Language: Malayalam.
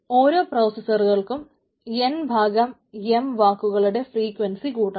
ഓരോ പ്രോസസറുകൾക്കും n ഭാഗം m വാക്കുകളുടെ ഫ്രീക്വൻസി കൂട്ടണം